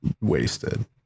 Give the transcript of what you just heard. wasted